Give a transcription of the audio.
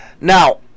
Now